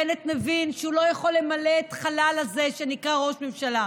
בנט מבין שהוא לא יכול למלא את החלל הזה שנקרא ראש ממשלה.